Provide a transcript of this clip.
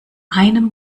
einem